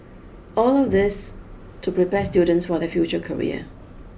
all of this to prepare students for their future career